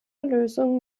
lösung